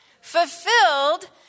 Fulfilled